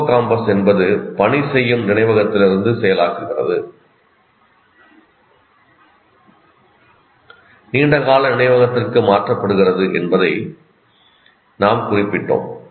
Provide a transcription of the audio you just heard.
hippocampus என்பது பணிசெய்யும் நினைவகத்திலிருந்து செயலாக்குகிறது நீண்ட கால நினைவகத்திற்கு மாற்றப்படுகிறது என்பதை நாம் குறிப்பிட்டோம்